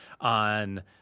on